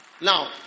Now